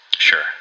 Sure